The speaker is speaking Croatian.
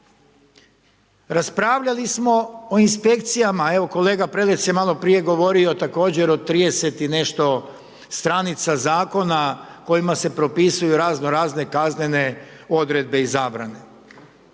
Raspravljali smo o inspekcijama, evo kolega Prelec je maloprije govorio također o 30 i nešto stranica zakona kojima se propisuju razno razne kaznene odredbe i zabrane.